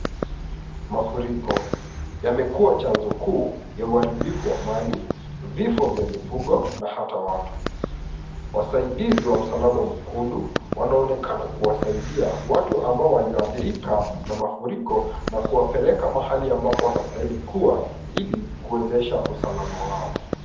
Mafuriko yamekuwa chanzo kuu ya uharibifu wa mali, vifo vya mifugo na hata watu. Wasaidizi wa msalaba mwekundu wanaonekana kuwasaidia watu ambao waliadhirika na mafuriko na kuwapeleka mahali ambapo wanastahili kuwa ili kuwezesha usalama wao.